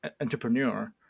entrepreneur